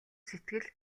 сэтгэл